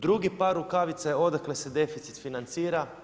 Drugi par rukavica je odakle se deficit financira.